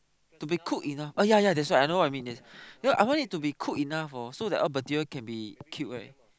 to be cook enough oh yea yea that's why I know what you mean I want it to be cook enough hor so all bacteria can be killed right